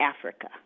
Africa